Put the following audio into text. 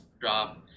drop